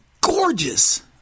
gorgeous